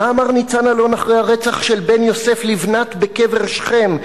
מה אמר ניצן אלון אחרי הרצח של בן יוסף לבנת בקבר שכם,